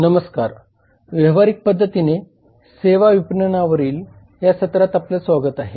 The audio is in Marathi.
नमस्कार व्यावहारिक पद्धतीने सेवा विपणनावरील या सत्रात आपले स्वागत आहे